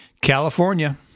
California